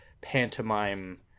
pantomime